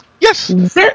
Yes